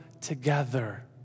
together